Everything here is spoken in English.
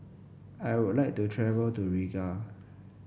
I would like to travel to Riga